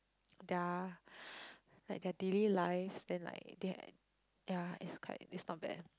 their like their daily lives then like they yeah it's quite it's not bad eh